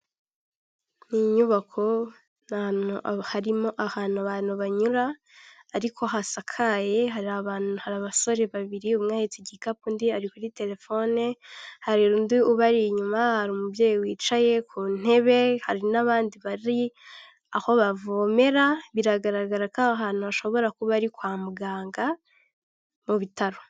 Ni inyubako harimo ahantu abantu banyura ariko hasakaye, hari abantu hari abasore babiri umwe ahetse igikapu undi ari kuri telefone; hari undi ubari inyuma, hari umubyeyi wicaye ku ntebe, hari n'abandi bari aho bavomera; biragaragara ko aho hantu hashobora kuba ari kwa muganga mu bitaro.